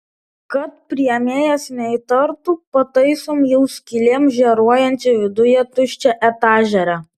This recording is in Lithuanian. kad priėmėjas neįtartų pataisom jau skylėm žėruojančią viduje tuščią etažerę